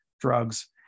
drugs